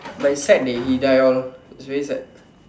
but is sad that he die all is very sad